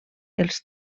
els